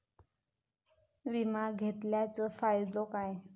विमा घेतल्याचो फाईदो काय?